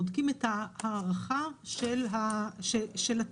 בודקים את ההערכה של התהליך.